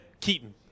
Keaton